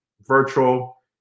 virtual